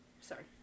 sorry